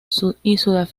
sudáfrica